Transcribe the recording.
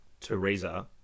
Teresa